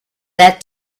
that